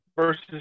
versus